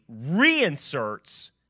reinserts